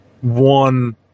one